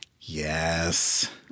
Yes